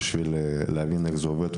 כדי להבין איך זה עובד,